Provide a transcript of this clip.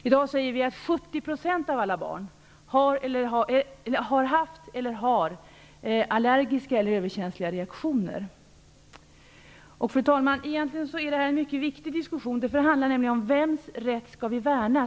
I dag säger vi att 70 % av alla barn har haft eller har allergiska eller överkänsliga reaktioner. Egentligen, fru talman, är det här en mycket viktig diskussion. Den handlar nämligen om vems rätt vi skall värna.